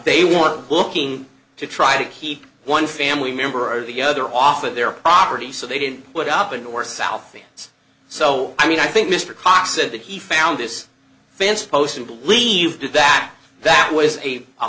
they were looking to try to keep one family member or the other off of their property so they didn't put up a north south thing so i mean i think mr cox said that he found this fence post and believed that that was a